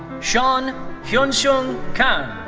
shawn hyunseung kang.